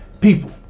people